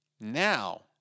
now